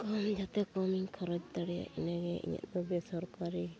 ᱠᱚᱢ ᱡᱟᱛᱮ ᱠᱚᱢ ᱤᱧ ᱠᱷᱚᱨᱚᱡ ᱫᱟᱲᱮᱭᱟᱜ ᱤᱱᱟᱹᱜᱮ ᱤᱧᱟᱜ ᱫᱚ ᱵᱮᱥᱚᱨᱠᱟᱨᱤ